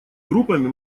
группами